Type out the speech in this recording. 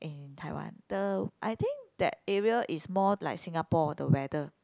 and Taiwan the I think that area is more like Singapore the weather